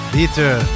Peter